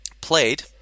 played